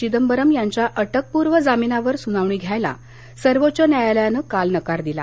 चिदंबरम यांच्या अटकपूर्व जामीनावर सुनावणी घ्यायला सर्वोच्च न्यायालयानं काल नकार दिला